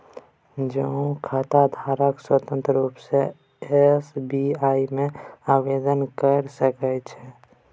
जौंआँ खाताधारक स्वतंत्र रुप सँ एस.बी.आइ मे आवेदन क सकै छै